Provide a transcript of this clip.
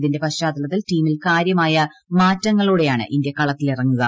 ഇതിന്റെ പശ്ചാത്തലത്തിൽ ടീമിൽ കാര്യമായ മാറ്റങ്ങളോടെയാണ് ഇന്ത്യ കളത്തിലിറങ്ങുക